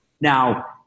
now